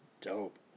dope